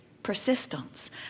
persistence